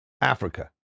Africa